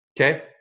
Okay